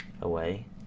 away